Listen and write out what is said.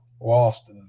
lost